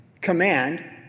command